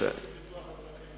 לפיתוח הדרכים.